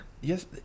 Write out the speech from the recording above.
Yes